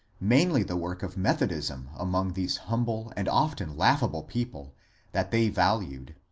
mainly the work of methodism among these humble and often laughable people that they valued.